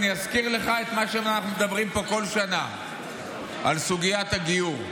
אזכיר לך את מה שאנחנו מדברים פה כל שנה על סוגיית הגיור.